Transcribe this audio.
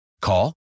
call